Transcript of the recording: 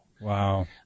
Wow